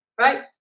Right